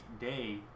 day